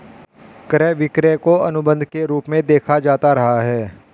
क्रय विक्रय को अनुबन्ध के रूप में देखा जाता रहा है